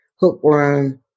hookworm